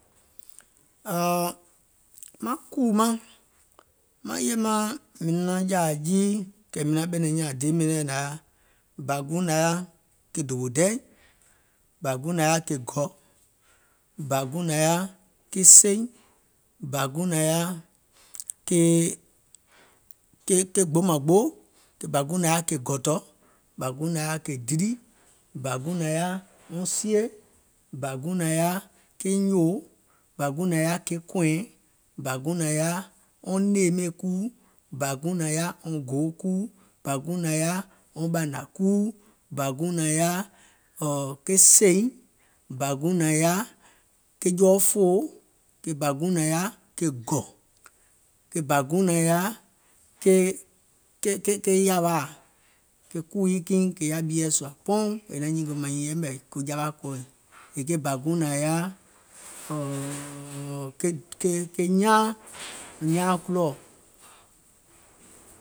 Ɔ̀ɔ̀, maŋ kùù maŋ maŋ yè maŋ mìŋ jȧȧ jii kɛ̀ mìŋ naŋ jȧȧ jii kɛ̀ maŋ ɓɛ̀nɛ̀ŋ nyȧȧŋ deè miŋ nɛ̀ nȧŋ yaȧ, ke ɓȧ guùŋ nȧŋ yaȧ, ke dòwòdɛɛ̀, bȧ guùŋ nȧŋ yaȧ ke gɔ̀, bȧ guùŋ nȧŋ yaȧ ke seiŋ, bȧ guùŋ nȧŋ yaȧ ke ke ke ke gbomàŋgbo, ke bȧ guùŋ nȧŋ yaȧ ke gɔ̀tɔ̀, bȧ guùŋ nȧŋ yaȧ ke dili, bȧ guùŋ nȧŋ yaȧ wɔŋ sie, bȧ guùŋ nȧŋ yaȧ ke nyòò, bȧ guùŋ nȧŋ yaȧ ke kɔ̀ɛ̀ɛ̀ŋ, bȧ guùŋ nȧŋ yaȧ wɔŋ ɗùùmeè kuu, bȧ guùŋ nȧŋ yaȧ wɔŋ gòoo kuu, bȧ guùŋ nȧŋ yaȧ wɔŋ ɓȧȧnȧ kuu, bȧ guùŋ nȧŋ yaȧ ke sèìŋ, bȧ guùŋ nȧŋ yaȧ ke jɔɔfòoo, bà guùŋ nȧŋ yaȧ ke gɔ̀, ke bȧ guùŋ nȧŋ yaȧ ke ke ke ke yàwaȧȧ, ke kùù kiŋ kè yaȧ ɓieɛ̀ sùȧ pouŋ è naŋ nyìngè wèè maŋ nyiŋ yɛmɛ̀ ko jawaȧ kɔɔì yèè ke bȧ guùŋ nȧŋ yaȧ, ɔ̀ɔ̀ɔ̀ɔ̀ɔ̀ɔ̀ ke ke ke nyaaŋ, nyaaŋ kulɔɔ̀.